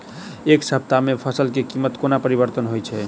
एक सप्ताह मे फसल केँ कीमत कोना परिवर्तन होइ छै?